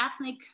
ethnic